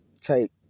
take